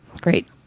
Great